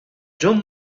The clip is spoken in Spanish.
john